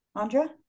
Andra